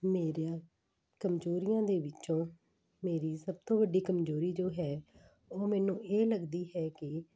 ਮੇਰੀਆ ਕਮਜ਼ੋਰੀਆਂ ਦੇ ਵਿੱਚੋਂ ਮੇਰੀ ਸਭ ਤੋਂ ਵੱਡੀ ਕਮਜ਼ੋਰੀ ਜੋ ਹੈ ਉਹ ਮੈਨੂੰ ਇਹ ਲੱਗਦੀ ਹੈ ਕਿ